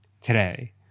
today